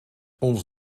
ons